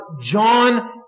John